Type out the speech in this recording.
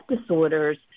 disorders